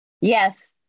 Yes